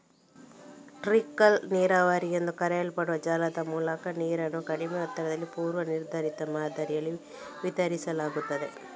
trickle ನೀರಾವರಿ ಎಂದು ಕರೆಯಲ್ಪಡುವ ಜಾಲದ ಮೂಲಕ ನೀರನ್ನು ಕಡಿಮೆ ಒತ್ತಡದಲ್ಲಿ ಪೂರ್ವ ನಿರ್ಧರಿತ ಮಾದರಿಯಲ್ಲಿ ವಿತರಿಸಲಾಗುತ್ತದೆ